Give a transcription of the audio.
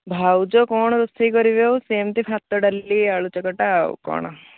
ଭାଉଜ କ'ଣ ରୋଷେଇ କରିବେ ଆଉ ସେମିତି ଭାତ ଡାଲି ଆଳୁ ଚକଟା ଆଉ କ'ଣ